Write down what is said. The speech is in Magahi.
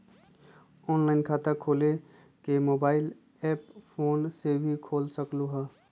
ऑनलाइन खाता खोले के मोबाइल ऐप फोन में भी खोल सकलहु ह?